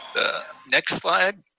next slide.